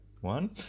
One